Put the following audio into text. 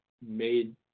made—